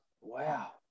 Wow